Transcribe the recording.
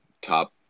top